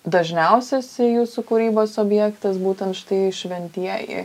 dažniausias jūsų kūrybos objektas būtent štai šventieji